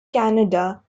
canada